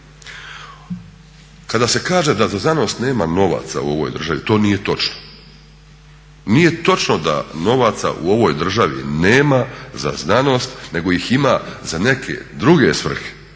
Kada se kaže da za znanost nema novaca u ovoj državi to nije točno. Nije točno da novaca u ovoj državi nema za znanost nego ih ima za neke druge svrhe,